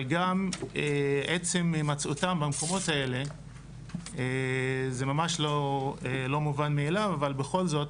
אבל גם עצם הימצאותם במקומות האלה זה ממש לא מובן מאליו אבל בכל זאת